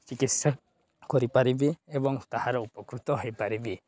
ଚିକିତ୍ସା କରିପାରିବେ ଏବଂ ତାହାର ଉପକୃତ ହେଇପାରିବେ